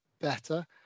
better